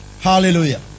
Hallelujah